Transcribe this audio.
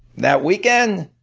that weekend,